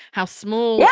how small? yeah